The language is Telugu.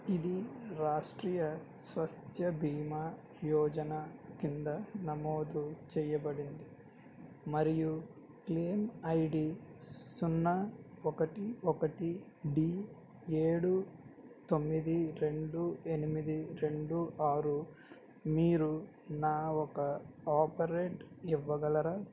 ఇది రాష్ట్రీయ స్వాస్థ్య బీమా యోజన కింద నమోదు చేయబడింది మరియు క్లెయిమ్ ఐడీ సున్నా ఒకటి ఒకటి డీ ఏడు తొమ్మిది రెండు ఎనిమిది రెండు ఆరు మీరు నా ఒక అప్డేట్ ఇవ్వగలరా